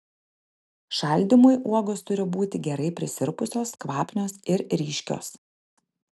šaldymui uogos turi būti gerai prisirpusios kvapnios ir ryškios